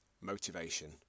motivation